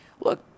Look